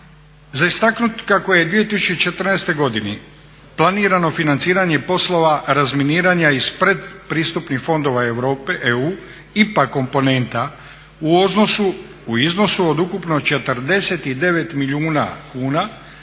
Za istaknuti kako je u 2014. godini planirano financiranje poslova razminiranja iz predpristupnih fondova EU IPA komponenta u iznosu od ukupno 49 milijuna kuna